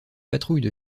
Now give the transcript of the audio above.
patrouille